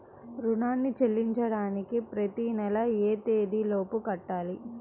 రుణాన్ని చెల్లించడానికి ప్రతి నెల ఏ తేదీ లోపు కట్టాలి?